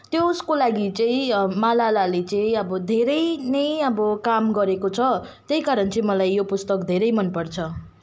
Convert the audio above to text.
त्यो उसको लागि चाहिँ मलालाले चाहिँ अब धेरै नै अब काम गरेको छ त्यही कारण चाहिँ मलाई यो पुस्तक धेरै मनपर्छ